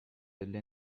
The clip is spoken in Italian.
delle